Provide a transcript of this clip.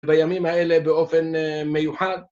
והימים האלה באופן מיוחד